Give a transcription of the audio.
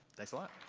thanks a lot.